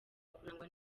kurangwa